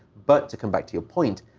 but, to come back to your point,